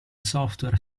software